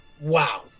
Wow